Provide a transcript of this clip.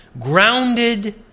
grounded